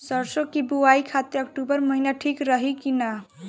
सरसों की बुवाई खाती अक्टूबर महीना ठीक रही की ना?